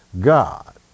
God